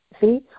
See